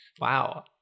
Wow